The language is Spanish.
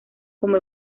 como